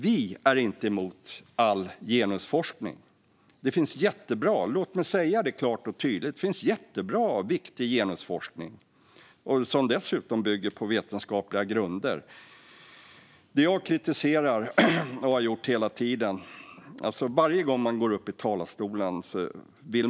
Vi är inte emot all genusforskning. Låt mig säga klart och tydligt att det finns jättebra och viktig genusforskning, som dessutom bygger på vetenskapliga grunder. Man vill inte upprepa allt man har sagt förut varje gång man går upp i talarstolen.